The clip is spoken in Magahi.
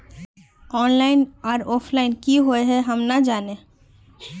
ऑनलाइन आर ऑफलाइन की हुई है हम ना जाने?